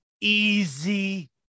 easy